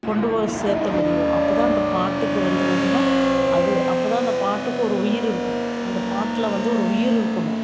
கொண்டுப்போய் சேர்த்த முடியும் அப்ப தான் அந்த பாட்டுக்கு வந்து பார்த்திங்னா அது அப்போ தான் அந்த பாட்டுக்கு ஒரு உயிர் இருக்கும் அந்த பாட்டில வந்து ஒரு உயிர் இருக்கணும்